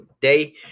day